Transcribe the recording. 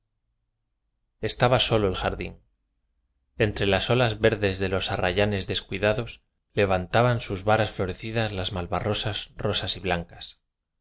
estaba solo el jardín entre las olas ver des de los arrayanes descuidados levanta ban sus varas florecidas las malvarrosas rosas y blancas